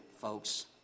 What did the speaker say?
folks